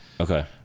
Okay